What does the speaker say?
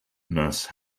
nurse